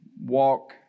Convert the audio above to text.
walk